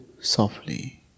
softly